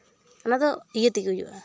ᱚᱱᱟ ᱫᱚ ᱤᱭᱟᱹ ᱛᱮᱜᱮ ᱦᱩᱭᱩᱜᱼᱟ